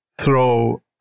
throw